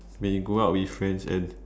when you go out with friends and